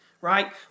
right